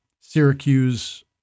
Syracuse